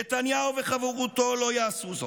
נתניהו וחבורתו לא יעשו זאת.